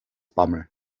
bammel